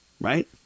right